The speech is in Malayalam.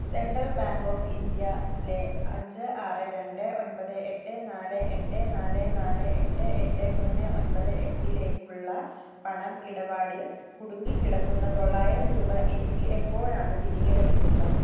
സെൻട്രൽ ബാങ്ക് ഓഫ് ഇന്ത്യയിലെ അഞ്ച് ആറ് രണ്ട് ഒൻപത് എട്ട് നാല് എട്ട് നാല് നാല് എട്ട് എട്ട് മൂന്ന് ഒൻപത് എട്ടിലേക്കുള്ള പണം ഇടപാടിൽ കുടുങ്ങിക്കിടക്കുന്ന തൊള്ളായിരം രൂപ എനിക്ക് എപ്പോഴാണ് തിരികെ ലഭിക്കുക